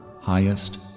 highest